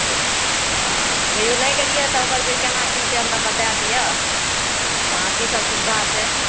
तऽ अऽ कहियो नहि गेलियै तऽ ओकर जे केना की छै हमरा बताय दिअ वहाँ की सब सुविधा छै